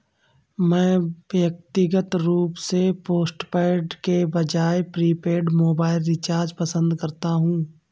मैं व्यक्तिगत रूप से पोस्टपेड के बजाय प्रीपेड मोबाइल रिचार्ज पसंद करता हूं